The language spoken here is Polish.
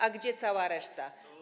A gdzie cała reszta?